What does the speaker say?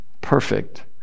perfect